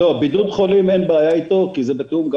עם בידוד חולים אין בעיה כי זה בתיאום גם